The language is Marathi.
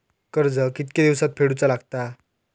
कर्ज कितके दिवसात फेडूचा लागता?